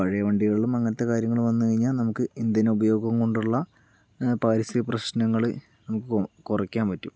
പഴയ വണ്ടികളിലും അങ്ങനത്തെ കാര്യങ്ങൾ വന്നു കഴിഞ്ഞാൽ നമുക്ക് ഇന്ധന ഉപയോഗം കൊണ്ടുള്ള പാരിസ്ഥിതിക പ്രശ്നങ്ങൾ നമുക്ക് കുറയ്ക്കാൻ പറ്റും